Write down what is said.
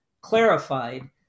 clarified